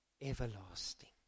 everlasting